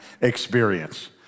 experience